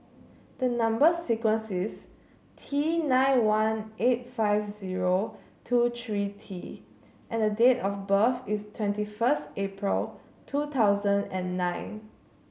the number sequence is T nine one eight five zero two three T and date of birth is twenty first April two thousand and nine